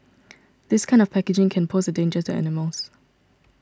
this kind of packaging can pose a danger to animals